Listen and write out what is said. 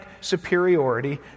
superiority